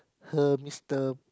her Mister